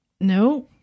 No